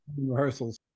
rehearsals